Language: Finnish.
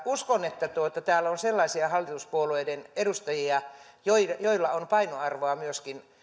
uskon että täällä on sellaisia hallituspuolueiden edustajia joilla joilla on painoarvoa myöskin